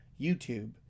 YouTube